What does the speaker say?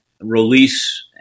release